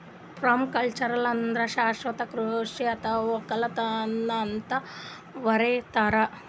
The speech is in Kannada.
ಪರ್ಮಾಕಲ್ಚರ್ ಅಂದ್ರ ಶಾಶ್ವತ್ ಕೃಷಿ ಅಥವಾ ವಕ್ಕಲತನ್ ಅಂತ್ ಕರಿತಾರ್